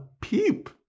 peep